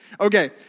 Okay